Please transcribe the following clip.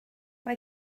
mae